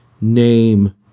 name